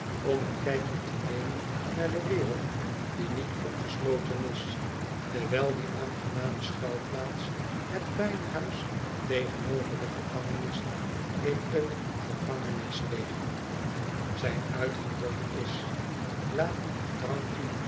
om een kijkje te nemen naar de wereld die niet opgesloten is terwijl die aangename schuilplaats het wijnhuis tegenover de gevangenis in t gevangenissteegje